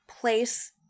place